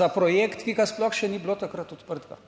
za projekt, ki ga sploh še ni bilo takrat odprtega.